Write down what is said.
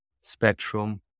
spectrum